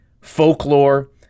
folklore